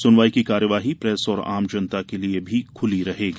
सुनवाई की कार्यवाही प्रेस और आम जनता के लिये भी खुली रहेगी